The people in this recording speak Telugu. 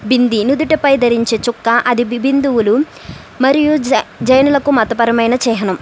బింది నుదుటపై ధరించే చుక్క అది హిందువులు మరియు జ జైనులకు మతపరమైన చిహ్నం